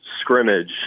scrimmage